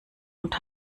und